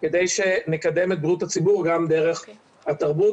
כדי שנקדם את בריאות הציבור גם דרך התרבות.